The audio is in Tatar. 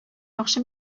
яхшы